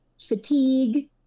fatigue